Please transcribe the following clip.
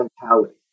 mentality